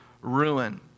ruin